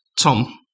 Tom